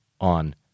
on